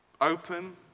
Open